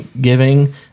giving